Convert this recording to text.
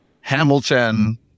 Hamilton